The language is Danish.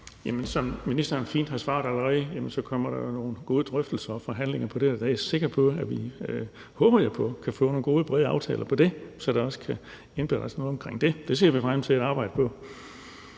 Som ministeren fint har svaret allerede, kommer der nogle gode drøftelser og forhandlinger om det her, og der er jeg sikker på – og det håber jeg på – at vi kan få nogle gode brede aftaler om det, så der også kan indberettes noget omkring det. Det ser vi frem til at arbejde på.